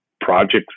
projects